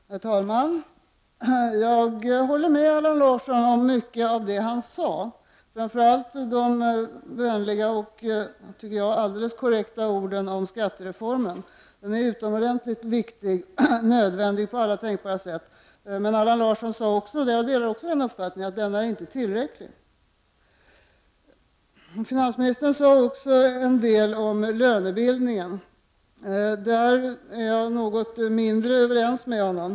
Herr talman! Jag håller med om mycket av det som Allan Larsson sade, framför allt de vänliga och, tycker jag, alldeles korrekta orden om skattere formen. Den är utomordentligt viktig och nödvändig på alla tänkbara sätt. Men Allan Larsson sade också att den inte är tillräcklig, och jag delar även den uppfattningen. Finansministern sade också en del om lönebildningen. I fråga om den är jag något mindre överens med honom.